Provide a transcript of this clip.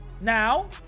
Now